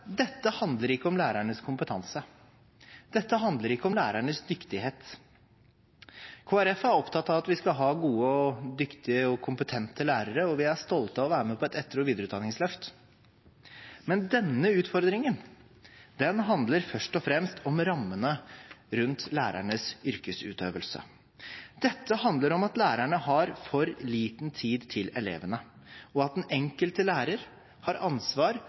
Dette handler ikke om lærernes kompetanse, dette handler ikke om lærernes dyktighet. Kristelig Folkeparti er opptatt av at vi skal ha gode, dyktige og kompetente lærere, og vi er stolte av å være med på et etter- og videreutdanningsløft. Denne utfordringen handler først og fremst om rammene rundt lærernes yrkesutøvelse. Dette handler om at lærerne har for liten tid til elevene, og at den enkelte lærer har ansvar